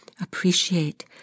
Appreciate